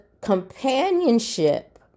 companionship